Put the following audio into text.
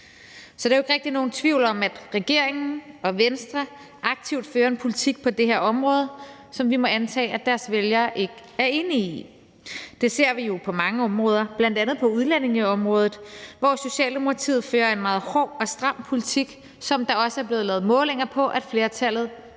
så der er jo ikke rigtig nogen tvivl om, at regeringen og Venstre aktivt fører en politik på det her område, som vi må antage at deres vælgere ikke er enige i. Det ser vi jo på mange områder, bl.a. på udlændingeområdet, hvor Socialdemokratiet fører en meget hård og stram politik, som der også er blevet lavet målinger på at flertallet af